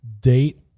date